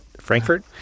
Frankfurt